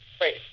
right